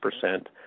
percent